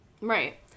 right